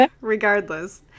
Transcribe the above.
regardless